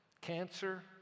Cancer